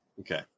Okay